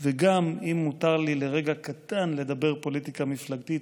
וגם, אם מותר לי לרגע קטן לדבר פוליטיקה מפלגתית,